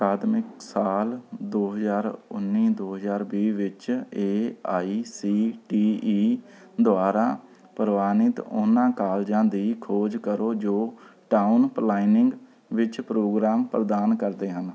ਅਕਾਦਮਿਕ ਸਾਲ ਦੋ ਹਜ਼ਾਰ ਉੱਨ੍ਹੀ ਦੋ ਹਜ਼ਾਰ ਵੀਹ ਵਿੱਚ A I C T E ਦੁਆਰਾ ਪ੍ਰਵਾਨਿਤ ਉਹਨਾਂ ਕਾਲਜਾਂ ਦੀ ਖੋਜ ਕਰੋ ਜੋ ਟਾਊਨ ਪਲਾਨਿੰਗ ਵਿੱਚ ਪ੍ਰੋਗਰਾਮ ਪ੍ਰਦਾਨ ਕਰਦੇ ਹਨ